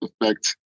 affect